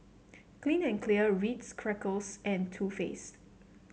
Clean and Clear Ritz Crackers and Too Faced